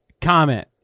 comment